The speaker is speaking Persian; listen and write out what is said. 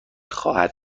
خواهد